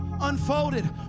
unfolded